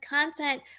content